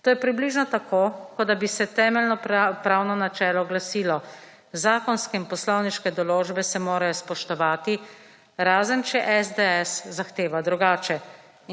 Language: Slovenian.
To je približno tako, kot da bi se temeljno pravno načelo glasilo, zakonske in poslovniške določbe se morajo spoštovati, razen če SDS zahteva drugače.